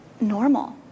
normal